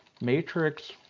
Matrix